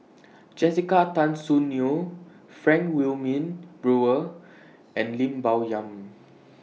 Jessica Tan Soon Neo Frank Wilmin Brewer and Lim Bo Yam